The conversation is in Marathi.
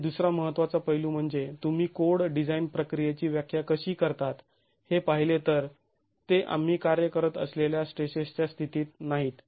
आणि दुसरा महत्त्वाचा पैलू म्हणजे तुम्ही कोड डिझाईन प्रक्रियेची व्याख्या कशी करतात हे पहिले तर ते आम्ही कार्य करत असलेल्या स्ट्रेसेसच्या स्थितीत नाहीत